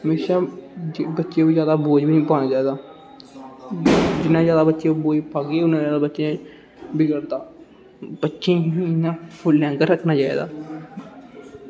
ते इस स्हाब दा कि बच्चें गी जादा बोरिंग निं पाना चाहिदा जिन्ना जादा बोरिंग करगे ते बच्चा उन्ना जादा बिगड़दा बच्चें गी थोह्ड़ा फुल्लें आंह्गर रक्खना चाहिदा